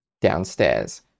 downstairs